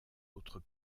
autres